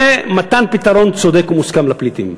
ומתן פתרון צודק ומוסכם לפליטים.